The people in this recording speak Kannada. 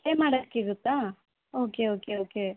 ಸ್ಟೇ ಮಾಡೋಕ್ಕೆ ಇರೊತ್ತಾ ಓಕೆ ಓಕೆ ಓಕೆ